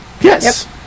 Yes